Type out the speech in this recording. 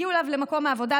הגיעו אליו למקום העבודה,